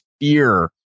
fear